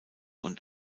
und